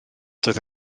doedd